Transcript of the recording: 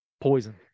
poison